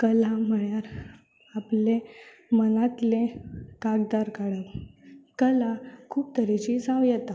कला म्हणल्यार आपलें मनांतलें कांतार काडप कला खूब तरेची जावं येता